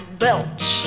belch